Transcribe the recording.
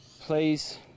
Please